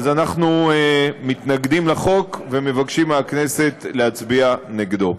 אנחנו מתנגדים לחוק ומבקשים מהכנסת להצביע נגדו.